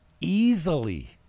easily